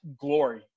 glory